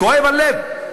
כואב הלב.